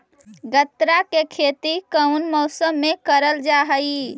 गन्ना के खेती कोउन मौसम मे करल जा हई?